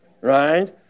right